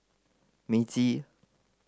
Meiji